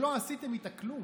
שלא עשיתם איתה כלום.